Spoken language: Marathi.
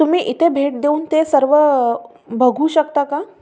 तुम्ही इथे भेट देऊन ते सर्व बघू शकता का